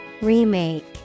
Remake